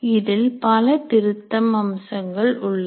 இதில் பல திருத்தம் அம்சங்கள் உள்ளன